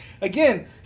Again